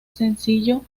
sencillo